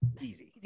easy